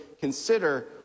consider